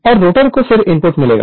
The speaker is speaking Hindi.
और रोटर को फिर इनपुट मिलेगा